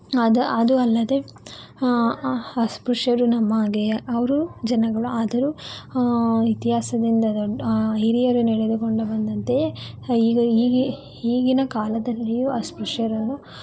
ಅದು ಅದು ಅಲ್ಲದೆ ಅಸ್ಪೃಶ್ಯರು ನಮ್ಮ ಹಾಗೆ ಅವರೂ ಜನಗಳು ಆದರೂ ಇತಿಹಾಸದಿಂದ ದೊಡ್ಡ ಹಿರಿಯರು ನಡೆದುಕೊಂಡು ಬಂದಂತೆಯೇ ಈಗ ಈಗೆ ಈಗಿನ ಕಾಲದಲ್ಲಿಯೂ ಅಸ್ಪೃಶ್ಯರನ್ನು